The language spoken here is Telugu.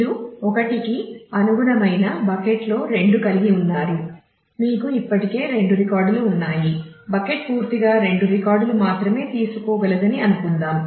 మీరు 1 కి అనుగుణమైన బకెట్లో రెండు కలిగి ఉన్నారు మీకు ఇప్పటికే 2 రికార్డులు ఉన్నాయి బకెట్ పూర్తిగా 2 రికార్డులు మాత్రమే తీసుకోగలదని అనుకుందాం